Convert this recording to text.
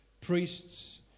priests